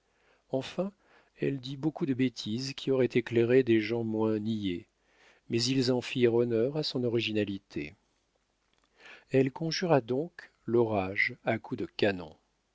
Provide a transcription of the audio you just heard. enfin elle dit beaucoup de bêtises qui auraient éclairé des gens moins niais mais ils en firent honneur à son originalité elle conjura donc l'orage à coups de canon